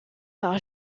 par